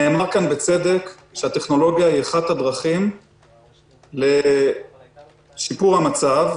נאמר כאן בצדק שהטכנולוגיה היא אחת הדרכים לשיפור המצב,